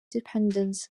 dependence